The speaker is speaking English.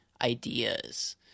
ideas